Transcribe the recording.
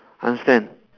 understand